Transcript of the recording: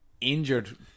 injured